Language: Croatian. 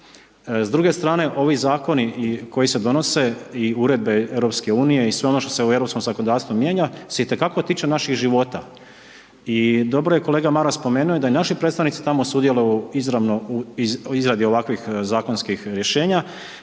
s druge strane ovi zakoni koji se donose i uredbe EU i sve ono što se u europskom zakonodavstvu mijenja se itekako tiče naših života. I dobro je kolega Maras spomenuo da i naši predstavnici tamo sudjeluju izravno u izradi ovakvih zakonskih rješenja.